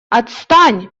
отстань